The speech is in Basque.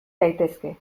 daitezke